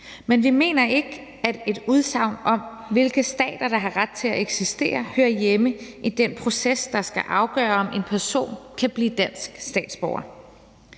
Men vi mener ikke, at et udsagn om, hvilke stater der har ret til at eksistere, hører hjemme i den proces, der skal afgøre, om en person kan blive dansk statsborger.